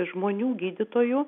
žmonių gydytojų